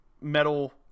metal